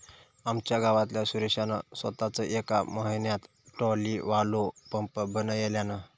आमच्या गावातल्या सुरेशान सोताच येका म्हयन्यात ट्रॉलीवालो पंप बनयल्यान